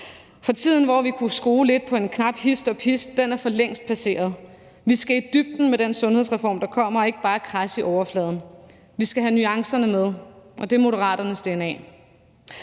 For tiden, hvor vi kunne skrue lidt på en knap hist og pist, er for længst passeret. Vi skal i dybden med den sundhedsreform, der kommer, og ikke bare kradse i overfladen. Vi skal have nuancerne med, og det er Moderaternes dna.